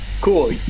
cool